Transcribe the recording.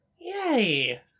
Yay